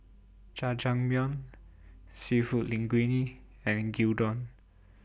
Jajangmyeon Seafood Linguine and Gyudon